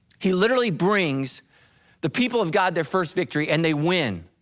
he literally brings the people of god, their first victory and they win.